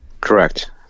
Correct